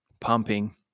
pumping